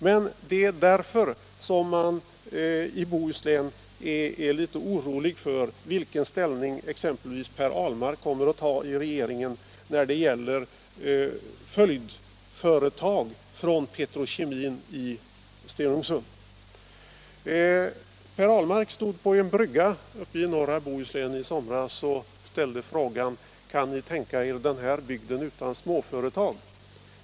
Men man är i Bohuslän litet orolig för vilken ställning exempelvis Per Ahlmark kommer att ha i regeringen när det gäller petrokemiska följdföretag i Bohuslän. Per Ahlmark stod på en brygga i norra Bohuslän i somras och ställde frågan: Kan ni tänka er den här bygden utan småföretag?